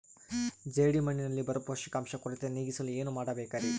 ಜೇಡಿಮಣ್ಣಿನಲ್ಲಿ ಬರೋ ಪೋಷಕಾಂಶ ಕೊರತೆ ನೇಗಿಸಲು ಏನು ಮಾಡಬೇಕರಿ?